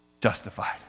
Justified